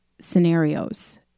scenarios